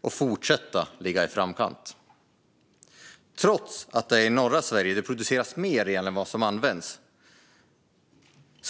och för att fortsätta ligga i framkant. Trots att det i norra Sverige produceras mer el än vad som används